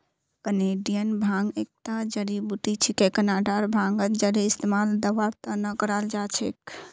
Canadian भांग एकता जड़ी बूटी छिके कनाडार भांगत जरेर इस्तमाल दवार त न कराल जा छेक